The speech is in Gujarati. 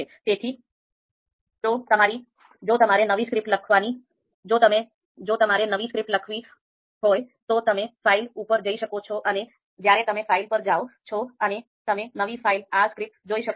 તેથી જો તમારે નવી script લખવી હોય તો તમે ફાઇલ પર જઈ શકો છો અને જ્યારે તમે ફાઇલ પર જાઓ છો અને તમે નવી ફાઇલ R script જોઈ શકો છો